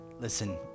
listen